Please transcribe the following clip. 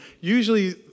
usually